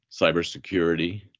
cybersecurity